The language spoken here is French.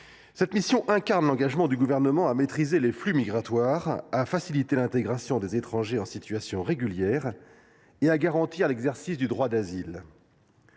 cette mission incarne l’engagement du Gouvernement à maîtriser les flux migratoires, à faciliter l’intégration des étrangers en situation régulière et à garantir l’exercice du droit d’asile.